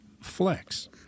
flex